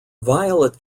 violet